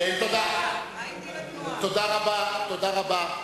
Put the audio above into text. תודה רבה, תודה רבה.